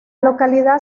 localidad